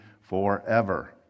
forever